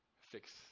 fix